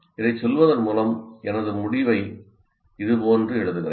இதைச் சொல்வதன் மூலம் எனது முடிவை இதுபோன்று எழுதுகிறேன்